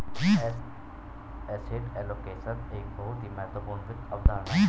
asset allocation एक बहुत ही महत्वपूर्ण वित्त अवधारणा है